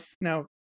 now